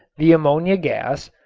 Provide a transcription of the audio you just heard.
the ammonia gas,